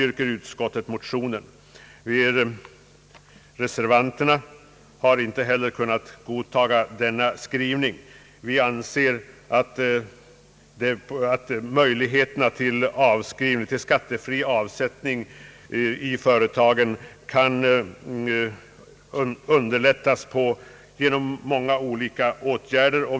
Reservanterna har inte kunnat godtaga denna skrivning. Vi anser att möjligheterna till skattefri avsättning i företagen kan underlättas genom många olika åtgärder.